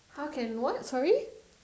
how can what sorry